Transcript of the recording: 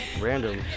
random